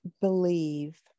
believe